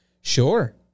Sure